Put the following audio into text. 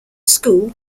school